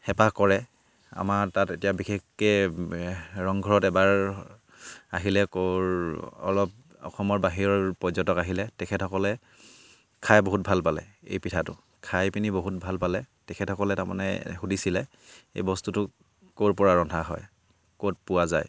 হেঁপাহ কৰে আমাৰ তাত এতিয়া বিশেষকৈ ৰংঘৰত এবাৰ আহিলে ক'ৰ অলপ অসমৰ বাহিৰৰ পৰ্যটক আহিলে তেখেতসকলে খাই বহুত ভাল পালে এই পিঠাটো খাই পিনি বহুত ভাল পালে তেখেতসকলে তাৰমানে এই সুধিছিলে এই বস্তুটো ক'ৰ ৰন্ধা হয় ক'ত পোৱা যায়